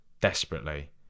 Desperately